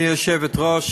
גברתי היושבת-ראש,